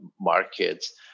markets